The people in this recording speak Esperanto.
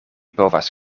povas